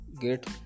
get